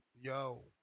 Yo